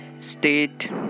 state